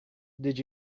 did